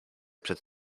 przed